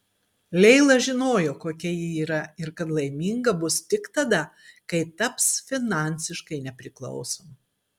leila žinojo kokia ji yra ir kad laiminga bus tik tada kai taps finansiškai nepriklausoma